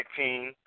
19